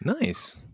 Nice